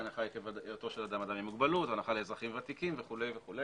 הנחה לאזרחים ותיקים וכו'.